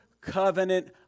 covenant